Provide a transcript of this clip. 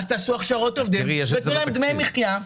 תעשו הכשרות עובדים ותנו להם דמי מחייה.